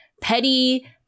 petty